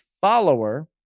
follower